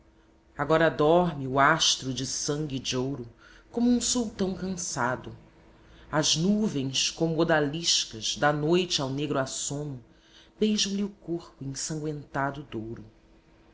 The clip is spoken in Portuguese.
agora dorme o astro de sangue e de ouro como um sultão cansado as nuvens como odaliscas da noite ao negro assomo beijam lhe o corpo ensangüentado douro